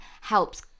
helps